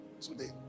today